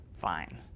fine